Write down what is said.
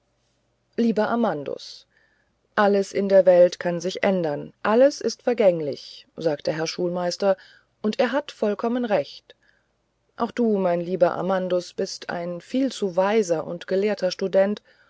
lieber amandus alles in der welt kann sich ändern alles ist vergänglich sagt der herr schulmeister und er hat vollkommen recht auch du mein lieber amandus bist ein viel zu weiser und gelehrter student